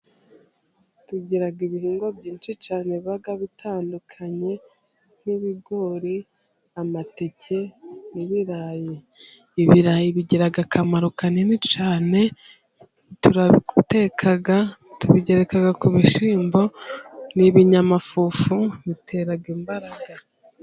Tugira ibihingwa byinshi cyane biba bitandukanye, nk'ibigori, amateke, n'ibirayi, ibirayi bigira akamaro kanini cyane, turabiteka, tubigereka ku bishyimbo n'ibinyamafufu bitera imbaraga.